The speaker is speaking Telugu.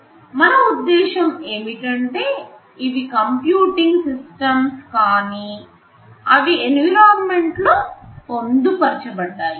మన ఉద్దేశం ఏమిటంటే ఇవి కంప్యూటింగ్ సిస్టమ్స్ కానీ అవి ఎన్విరాన్మెంట్ లో పొందుపరచబడ్డాయి